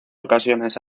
ocasiones